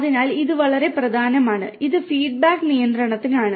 അതിനാൽ ഇത് വളരെ പ്രധാനമാണ് ഇത് ഫീഡ്ബാക്ക് നിയന്ത്രണത്തിനാണ്